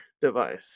device